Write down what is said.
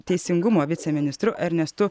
teisingumo viceministru ernestu